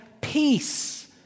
peace